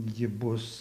ji bus